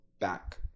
back